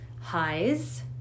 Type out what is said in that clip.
highs